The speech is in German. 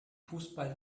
fußball